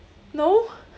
no